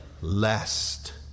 lest